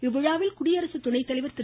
இவ்விழாவில் குடியரசு துணைத்தலைவர் திரு